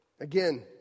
Again